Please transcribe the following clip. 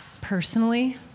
personally